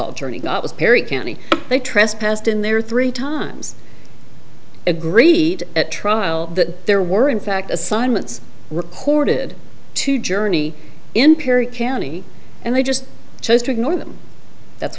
all turning up was perry county they trespassed in there three times agreed at trial that there were in fact assignments recorded to journey in perry county and they just chose to ignore them that's